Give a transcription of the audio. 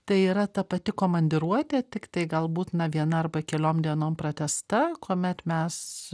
tai yra ta pati komandiruotė tiktai galbūt na viena arba keliom dienom pratęsta kuomet mes